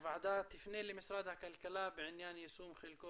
הוועדה תפנה למשרד הכלכלה בעניין יישום חלקו